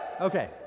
Okay